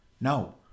No